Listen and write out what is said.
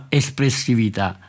espressività